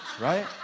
right